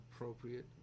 appropriate